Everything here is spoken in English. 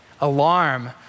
alarm